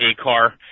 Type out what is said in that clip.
A-car